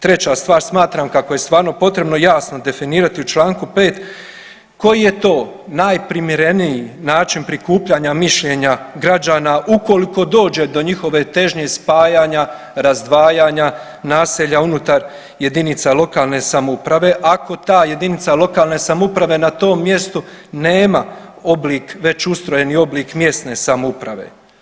Treća stvar smatram kako je stvarno potrebno jasno definirati u Članku 5. koji je to najprimjereniji način prikupljanja mišljenja građana ukoliko dođe do njihove težnje spajanja, razdvajanja naselja unutar jedinica lokalne samouprave ako ta jedinica lokalne samouprave na tom mjestu nema oblik, već ustrojeni oblik mjesne samouprave.